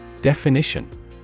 Definition